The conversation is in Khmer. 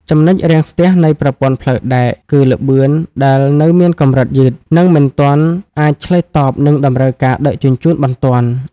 ចំណុចរាំងស្ទះនៃប្រព័ន្ធផ្លូវដែក គឺល្បឿនដែលនៅមានកម្រិតយឺត និងមិនទាន់អាចឆ្លើយតបនឹងតម្រូវការដឹកជញ្ជូនបន្ទាន់។